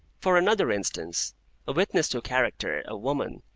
for another instance a witness to character, a woman,